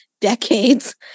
decades